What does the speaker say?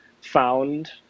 found